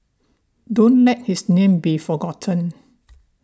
don't let his name be forgotten